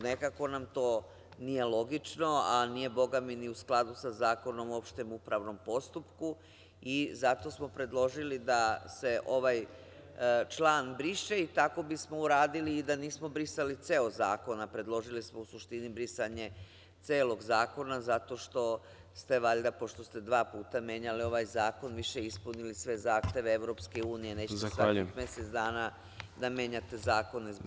Nekako nam to nije logično, a nije bogami ni u skladu sa Zakonom o opštem upravnom postupku i zato smo predložili da se ovaj član briše i tako bismo uradili i da nismo brisali ceo zakon, a predložili smo u suštini brisanje celog zakona, zato to ste valjda, pošto ste dva puta menjali ovaj zakon, više ispunili sve zahteve EU, nećete svakih mesec dana da menjate zakone.